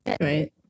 Right